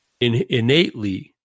innately